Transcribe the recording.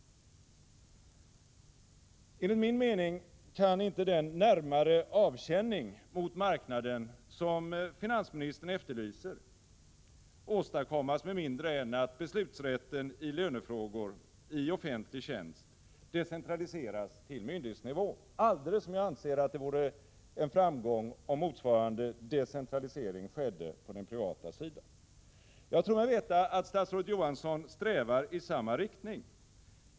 Enligt min mening kan inte den närmare avkänning mot marknaden som finansministern efterlyser åstadkommas med mindre än att beslutsrätten i lönefrågor som gäller anställda i offentlig tjänst decentraliseras till myndighetsnivå. Jag anser likaledes att det vore en framgång om motsvarande decentralisering skedde på den privata sidan. Jag tror mig veta att statsrådet Johansson strävar i samma riktning.